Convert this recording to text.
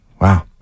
Wow